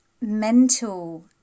mental